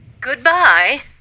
Goodbye